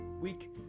week